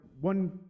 one